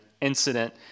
incident